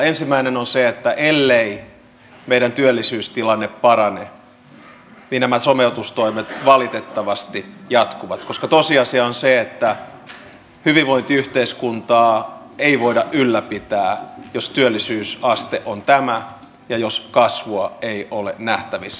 ensimmäinen on se että ellei meidän työllisyystilanteemme parane niin nämä sopeutustoimet valitettavasti jatkuvat koska tosiasia on se että hyvinvointiyhteiskuntaa ei voida ylläpitää jos työllisyysaste on tämä ja jos kasvua ei ole nähtävissä